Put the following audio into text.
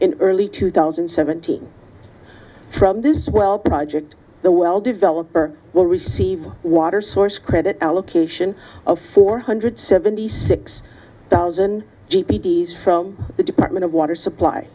in early two thousand and seventeen from this well project the well developer will receive water source credit allocation of four hundred seventy six thousand g p s from the department of water supply